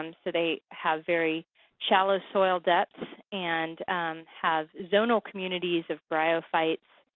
um so they have very shallow soil depth, and have zonal communities of bryophytes,